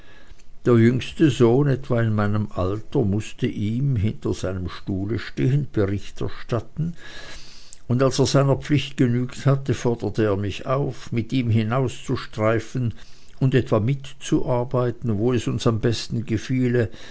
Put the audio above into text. der jüngste sohn etwa in meinem alter mußte ihm hinter sei nem stuhle stehend bericht erstatten und als er seiner pflicht genügt hatte forderte er mich auf mit ihm hinauszustreifen und etwa mitzuarbeiten wo es uns am besten gefiele